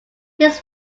his